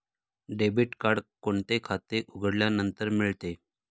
Debit card कोणते खाते उघडल्यानंतर मिळते?